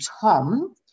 Tom